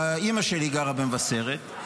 אימא שלי גרה במבשרת,